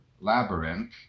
labyrinth